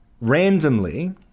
randomly